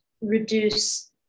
reduce